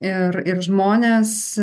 ir ir žmones